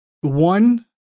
one